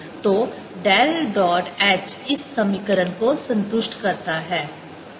तो del dot h इस समीकरण को संतुष्ट करता है